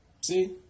See